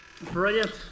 brilliant